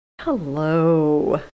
Hello